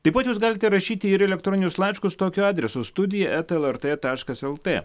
taip pat jūs galite rašyti ir elektroninius laiškus tokiu adresu studija eta lrt taškas lt